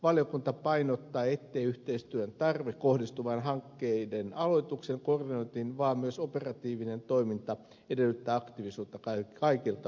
valiokunta painottaa ettei yhteistyön tarve kohdistu vain hankkeiden aloitukseen ja koordinointiin vaan myös operatiivinen toimintaa edellyttää aktiivisuutta kaikilta osapuolilta